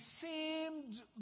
seemed